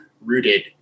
rooted